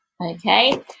Okay